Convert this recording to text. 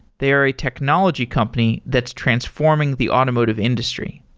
they're a technology company that's transforming the automotive industry.